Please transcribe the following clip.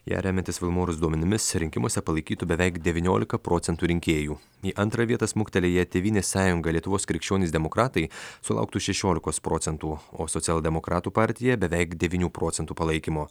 ją remiantis vilmorus duomenimis rinkimuose palaikytų beveik devyniolika procentų rinkėjų į antrą vietą smuktelėję tėvynės sąjunga lietuvos krikščionys demokratai sulauktų šešiolikos procentų o socialdemokratų partija beveik devynių procentų palaikymo